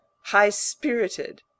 high-spirited